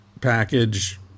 package